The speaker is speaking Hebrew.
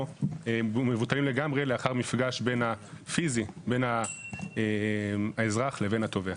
או שהם מבוטלים לגמרי לאחר מפגש פיזי בין האזרח לבין התובע.